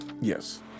Yes